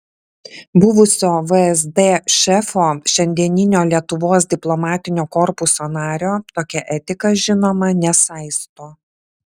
buvusio vsd šefo šiandieninio lietuvos diplomatinio korpuso nario tokia etika žinoma nesaisto